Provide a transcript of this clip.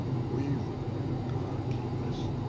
weaver god keep us!